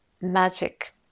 magic